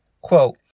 quote